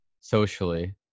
socially